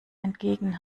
entgegen